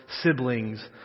siblings